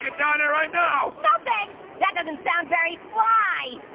get down here right now. no thanks. that doesn't sound very fly.